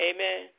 Amen